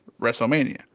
Wrestlemania